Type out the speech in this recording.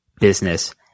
business